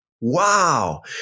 Wow